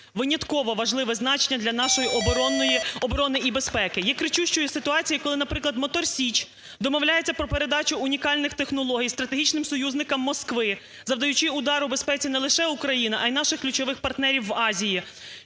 винятково важливе значення для нашої оборони і безпеки. Є кричущою ситуація, коли, наприклад, "Мотор Січ" домовляється про передачу унікальних технологій стратегічним союзникам Москви, завдаючи удару у безпеці не лише Україна, а й наших ключових партнерів в Азії,